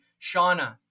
Shauna